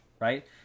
right